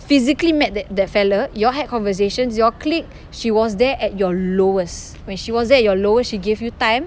physically met that that fella you all had conversations you all click she was there at your lowest when she was there at your lowest she gave you time